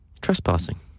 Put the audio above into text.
Trespassing